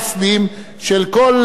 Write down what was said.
הערבים והיהודים,